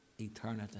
eternity